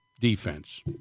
defense